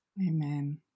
Amen